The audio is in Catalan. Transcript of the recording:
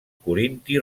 corinti